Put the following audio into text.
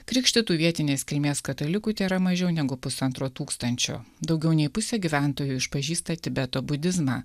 krikštytų vietinės kilmės katalikų tėra mažiau negu pusantro tūkstančio daugiau nei pusė gyventojų išpažįsta tibeto budizmą